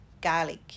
garlic